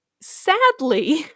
sadly